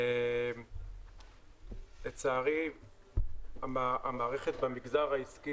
לצערי המערכת במגזר העסקי,